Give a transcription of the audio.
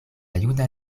juna